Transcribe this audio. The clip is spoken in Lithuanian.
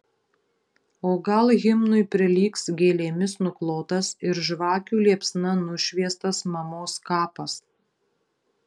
o gal himnui prilygs gėlėmis nuklotas ir žvakių liepsna nušviestas mamos kapas